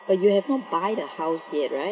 but you have not buy the house yet right